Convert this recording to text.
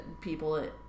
people